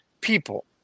people